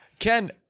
Ken